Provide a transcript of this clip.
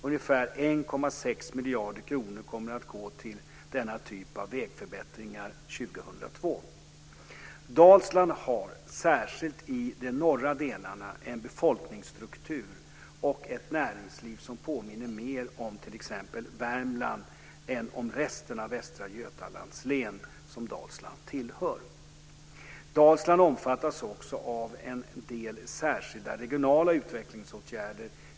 Ungefär 1,6 miljarder kronor kommer att gå till denna typ av vägförbättringar Dalsland har, särskilt i de norra delarna, en befolkningsstruktur och ett näringsliv som påminner mer om t.ex. Värmland än om resten av Västra Götalands län, som Dalsland tillhör. Dalsland omfattas också av en del särskilda regionala utvecklingsåtgärder.